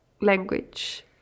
language